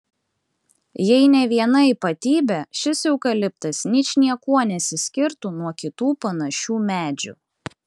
jei ne viena ypatybė šis eukaliptas ničniekuo nesiskirtų nuo kitų panašių medžių